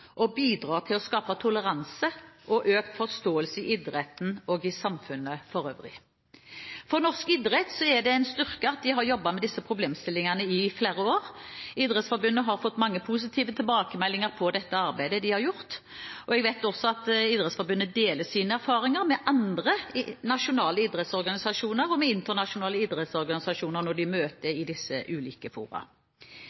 til å skape toleranse og økt forståelse i idretten og i samfunnet for øvrig. For norsk idrett er det en styrke at de har jobbet med disse problemstillingene i flere år. Idrettsforbund har fått mange positive tilbakemeldinger på det arbeidet de har gjort. Jeg vet også at Idrettsforbundet deler sine erfaringer med andre nasjonale idrettsorganisasjoner og med internasjonale idrettsorganisasjoner når de møter